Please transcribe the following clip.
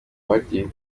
bagabye